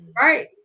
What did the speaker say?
Right